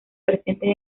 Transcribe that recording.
presentes